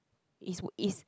is would is